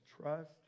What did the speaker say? trust